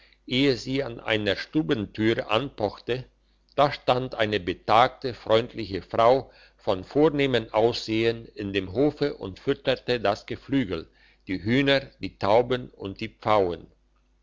sie an einer stubentüre anpochte da stand eine betagte freundliche frau von vornehmem ansehen in dem hofe und fütterte das geflügel die hühner die tauben und die pfauen